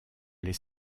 les